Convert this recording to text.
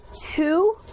two